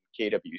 KWC